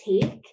take